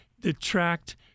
detract